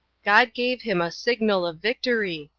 god gave him a signal of victory,